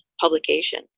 publication